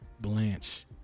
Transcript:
Blanche